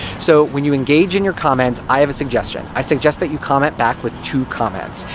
so, when you engage in your comments, i have a suggestion. i suggest that you comment back with two comments.